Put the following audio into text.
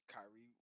Kyrie